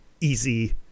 easy